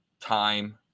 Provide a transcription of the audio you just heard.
time